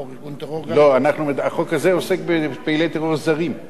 לא, החוק הזה עוסק בפעילי טרור זרים, לא בישראלים.